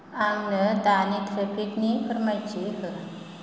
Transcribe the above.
आंनो दानि ट्राफिकनि फोरमायथि हो